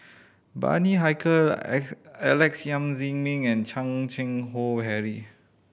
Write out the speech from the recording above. Bani Haykal Alex Yam Ziming and Chan Keng Howe Harry